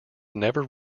never